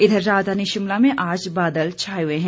इधर राजधानी शिमला में आज बादल छाए हुए हैं